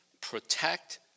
protect